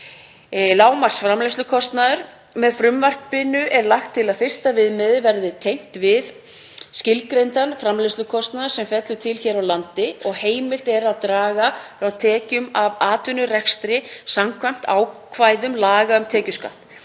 Lágmarksframleiðslukostnaður: Lagt er til að fyrsta viðmiðið verði tengt við skilgreindan framleiðslukostnað sem fellur til hér á landi og heimilt er að draga frá tekjum af atvinnurekstri samkvæmt ákvæðum laga um tekjuskatt.